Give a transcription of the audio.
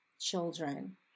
children